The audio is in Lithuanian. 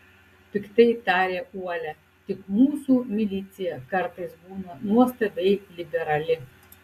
piktai tarė uolia tik mūsų milicija kartais būna nuostabiai liberali